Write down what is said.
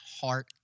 heart